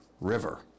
River